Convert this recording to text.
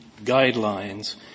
guidelines